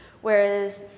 Whereas